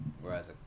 Whereas